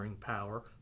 power